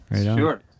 Sure